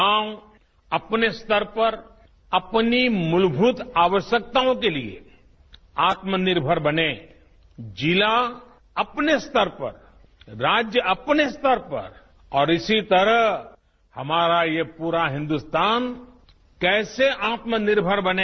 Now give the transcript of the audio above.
गांव अपने स्तर पर अपनी मूलभूत आवश्यकताओं के लिए आत्मनिर्भर बने जिला अपने स्तर पर राज्य अपने स्तर पर और इसी तरह हमारा ये पूरा हिन्दुस्तान कैसे आत्मनिर्मर बने